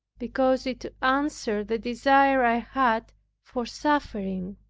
because it answered the desire i had for suffering